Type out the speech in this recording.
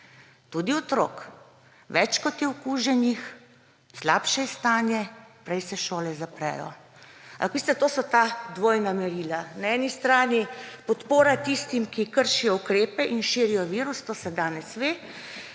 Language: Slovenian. tudi otrok. Več kot je okuženih, slabše je stanje, prej se šole zaprejo. Veste to so ta dvojna merila. Na eni strani podpora tistim, ki kršijo ukrepe in širijo virus, to se danes ve,